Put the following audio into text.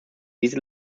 diese